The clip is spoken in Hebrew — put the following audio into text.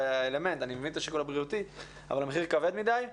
אני מבין את השיקול הבריאותי אבל המחיר כבד מדי.